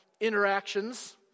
interactions